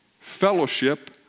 fellowship